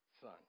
Son